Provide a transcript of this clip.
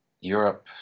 Europe